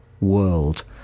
world